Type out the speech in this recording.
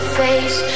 face